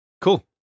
Cool